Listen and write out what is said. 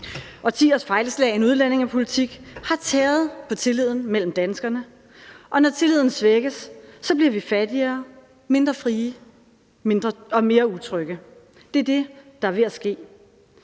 Årtiers fejlslagen udlændingepolitik har tæret på tilliden mellem danskerne, og når tilliden svækkes, bliver vi fattigere, mindre frie og mere utrygge. Det er det, der er ved at ske.